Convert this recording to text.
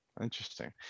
Interesting